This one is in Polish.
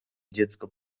dziecko